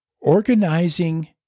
organizing